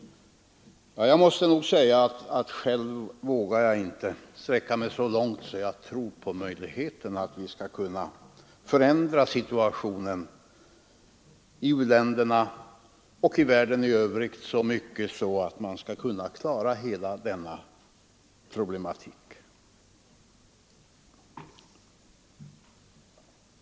Själv vågar jag inte sträcka mig så långt att jag tror på att vi skall kunna förändra situationen i u-länderna och världen i övrigt så mycket, att vi skall kunna klara hela denna problematik.